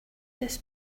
this